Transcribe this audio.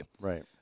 Right